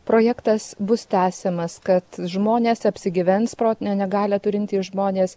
projektas bus tęsiamas kad žmonės apsigyvens protinę negalią turintys žmonės